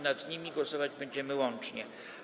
Nad nimi głosować będziemy łącznie.